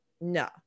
no